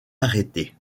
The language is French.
arrêté